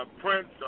prince